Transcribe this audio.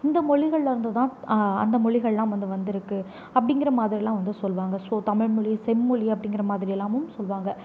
இந்த மொழிகள்லயிருந்து தான் த் அந்த மொழிகள்லாம் வந்து வந்திருக்கு அப்படிங்கிற மாதிரிலாம் வந்து சொல்லுவாங்க ஸோ தமிழ்மொழி செம்மொழி அப்படிங்கிற மாதிரி எல்லாமும் சொல்லுவாங்க